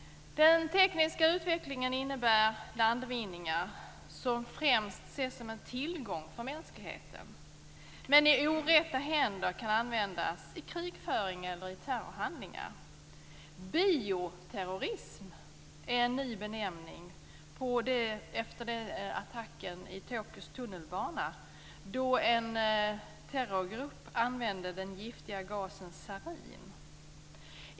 Den tekniska utvecklingen innebär landvinningar som främst ses som en tillgång för mänskligheten men som i orätta händer kan användas i krigföring eller terrorhandlingar. Bioterrorism är en ny benämning efter attacken i Tokyos tunnelbana då en terrorgrupp använde den giftiga gasen sarin.